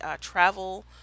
travel